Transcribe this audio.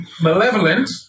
malevolent